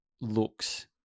looks